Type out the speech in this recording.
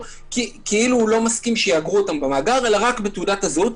כאילו לא מסכים שיאגרו אותן במאגר אלא רק בתעודת הזהות,